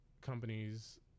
companies